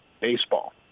Baseball